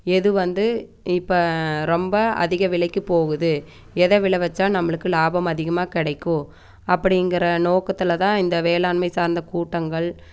எது வந்து இப்போ ரொம்ப அதிக விலைக்கு போகுது எதை விளைவிச்சா நம்மளுக்கு லாபம் அதிகமாக கிடைக்கும் அப்படிங்குற நோக்கத்தில் தான் இந்த வேளாண்மை சார்ந்த கூட்டங்கள்